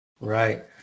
Right